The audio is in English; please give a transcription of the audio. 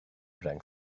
drank